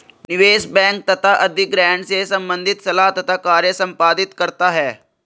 निवेश बैंक तथा अधिग्रहण से संबंधित सलाह तथा कार्य संपादित करता है